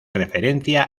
referencia